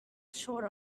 short